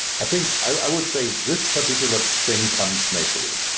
i think i would say this particular thing comes naturally.